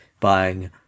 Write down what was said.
buying